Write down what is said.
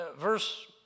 Verse